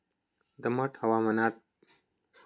दमट हवामानात पाणी बाष्प रूपात आसता